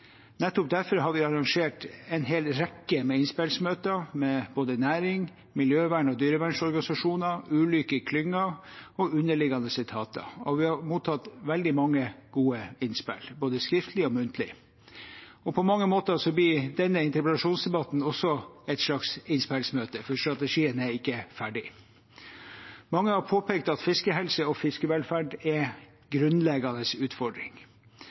Nettopp derfor har vi arrangert en hel rekke innspillmøter med både næringen, miljøvern- og dyrevernorganisasjoner, ulike klynger og underliggende etater. Vi har mottatt veldig mange gode innspill, både skriftlig og muntlig. På mange måter blir denne interpellasjonsdebatten også et slags innspillmøte, for strategien er ikke ferdig. Mange har påpekt at fiskehelse og fiskevelferd er en grunnleggende utfordring,